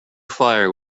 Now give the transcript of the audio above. fire